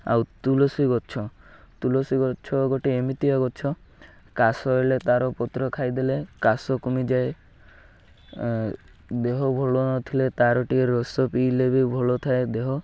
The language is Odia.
ଆଉ ତୁଳସୀ ଗଛ ତୁଳସୀ ଗଛ ଗୋଟେ ଏମିତିଆ ଗଛ କାଶ ହେଲେ ତା'ର ପତ୍ର ଖାଇଦେଲେ କାଶ କମିଯାଏ ଦେହ ଭଲ ନଥିଲେ ତା'ର ଟିକେ ରସ ପିଇଲେ ବି ଭଲ ଥାଏ ଦେହ